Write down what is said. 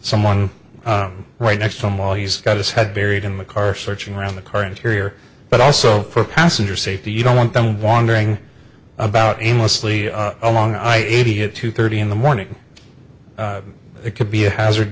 someone right next to him while he's got his head buried in the car searching around the current here but also for passenger safety you don't want them wandering about aimlessly along i eighty at two thirty in the morning it could be a hazard